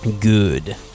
Good